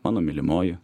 mano mylimoji